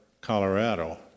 Colorado